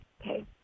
Okay